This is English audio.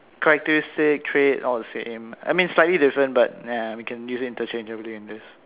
characteristic trait all the same I mean slightly different but yeah we can use it interchangeably in this